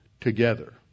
together